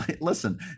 listen